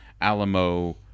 Alamo